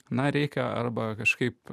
na reikia arba kažkaip